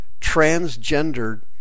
transgendered